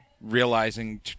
realizing